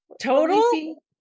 Total